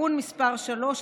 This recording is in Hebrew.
(תיקון מס' 3),